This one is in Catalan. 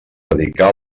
dedicà